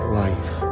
life